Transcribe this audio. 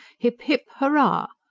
hip, hip, hurrah!